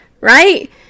right